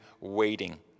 waiting